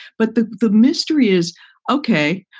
but the the mystery is ok.